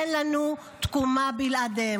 אין לנו תקומה בלעדיהם.